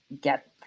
get